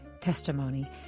testimony